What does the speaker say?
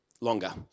longer